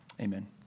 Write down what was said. Amen